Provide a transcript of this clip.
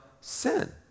sin